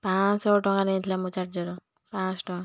ପାଞ୍ଚଶହ ଟଙ୍କା ନେଇଥିଲା ମୋ ଚାର୍ଜର ପାଞ୍ଚଶହ ଟଙ୍କା